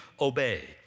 obey